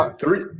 three